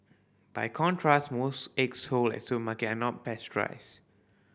by contrast most eggs sold at supermarket are not pasteurised